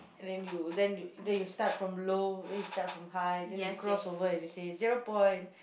then you then you then you start from low then you start from high then you cross over and you say zero point